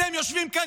אתם יושבים כאן,